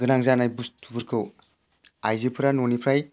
गोनां जानाय बुस्थुफोरखौ आइजोफ्रा न'निफ्राय